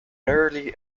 early